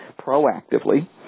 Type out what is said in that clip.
proactively